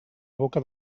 boca